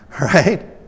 Right